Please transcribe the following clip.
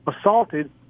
assaulted